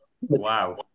Wow